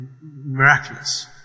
miraculous